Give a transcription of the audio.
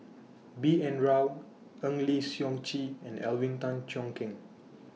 B N Rao Eng Lee Seok Chee and Alvin Tan Cheong Kheng